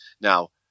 Now